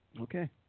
Okay